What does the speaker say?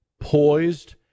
poised